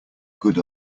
good